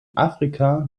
afrika